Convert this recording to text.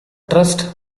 trust